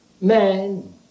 man